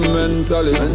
mentally